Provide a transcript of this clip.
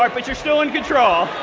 like but you're still in control.